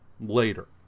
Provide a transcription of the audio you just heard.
later